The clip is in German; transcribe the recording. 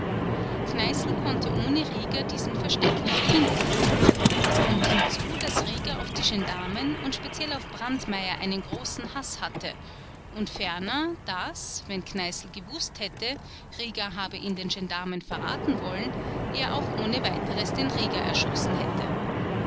konnte ohne rieger diesen versteck nicht finden es kommt hinzu daß rieger auf die gendarmen und speziell auf brandmeier einen großen haß hatte und ferner daß wenn kneißl gewußt hätte rieger habe ihn den gendarmen verraten wollen er auch ohne weiteres den rieger erschossen hätte